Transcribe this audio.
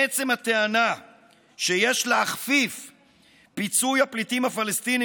עצם הטענה שיש להכפיף את פיצוי הפליטים הפלסטינים